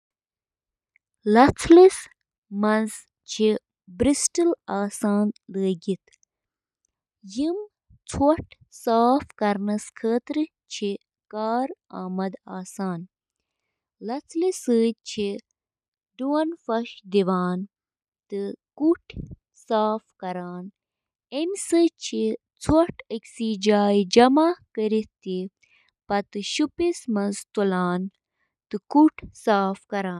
اکھ ٹوسٹر چُھ گرمی پٲدٕ کرنہٕ خٲطرٕ بجلی ہنٛد استعمال کران یُس روٹی ٹوسٹس منٛز براؤن چُھ کران۔ ٹوسٹر اوون چِھ برقی کرنٹ سۭتۍ کوائلن ہنٛد ذریعہٕ تیار گژھن وٲل انفراریڈ تابکٲری ہنٛد استعمال کٔرتھ کھین بناوان۔